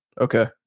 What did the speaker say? Okay